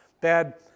Bad